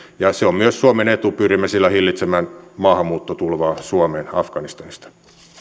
se on myös suomen etu pyrimme sillä hillitsemään maahanmuuttotulvaa suomeen afganistanista